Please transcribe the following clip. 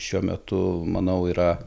šiuo metu manau yra